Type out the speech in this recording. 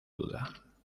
duda